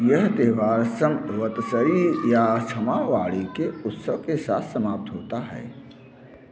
यह त्यौहार समवतसरी या क्षमा वाणी के उत्सव के साथ समाप्त होता है